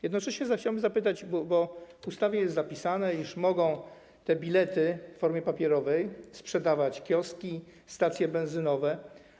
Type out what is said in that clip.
Jednocześnie chciałbym zapytać, bo w ustawie jest zapisane, iż mogą te bilety w formie papierowej sprzedawać kioski, stacje benzynowe: